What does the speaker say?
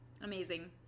Amazing